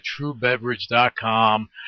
truebeverage.com